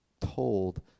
told